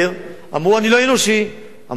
אמרו, אני לא אנושי, אמרו, אני חשוך,